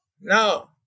No